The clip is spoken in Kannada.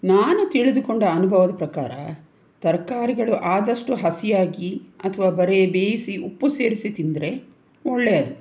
ನಾನು ತಿಳಿದುಕೊಂಡ ಅನುಭವದ ಪ್ರಕಾರ ತರಕಾರಿಗಳು ಆದಷ್ಟು ಹಸಿಯಾಗಿ ಅಥವಾ ಬರೀ ಬೇಯಿಸಿ ಉಪ್ಪು ಸೇರಿಸಿ ತಿಂದರೆ ಒಳ್ಳೆಯದು